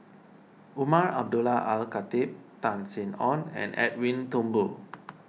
Umar Abdullah Al Khatib Tan Sin Aun and Edwin Thumboo